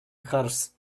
hers